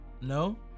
No